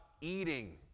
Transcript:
eating